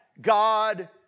God